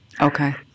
Okay